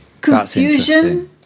confusion